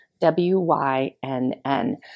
W-Y-N-N